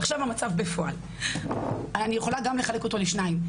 עכשיו המצב בפועל, אני יכולה לחלק אותו לשניים.